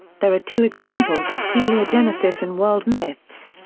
there are two examples of pteleogenesis in world myths.